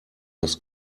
das